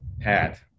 Hat